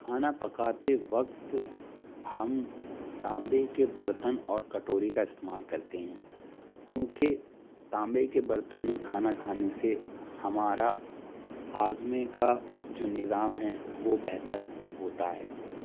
کھانا پکاتے وقت ہم تانبے کے برتن اور کٹوری کا استعمال کرتے ہیں کیونکہ تانبے کے برتن میں کھانا کھانے سے ہمارا ہاضمے کا جو نظام ہے وہ بہتر ہوتا ہے